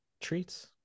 treats